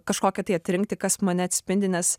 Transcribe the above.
kažkokią tai atrinkti kas mane atspindi nes